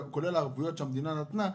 כולל הערבויות שהמדינה נתנה,